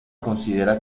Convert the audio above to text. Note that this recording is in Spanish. considera